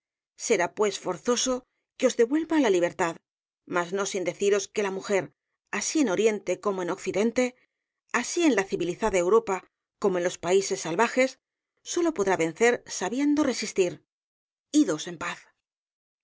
será pues forzoso que os devuelva la libertad mas no sin deciros que la mujer así en oriente como en occidente así en la civilizada europa como en los países salvajes sólo podrá vencer sabiendo resistir idos en paz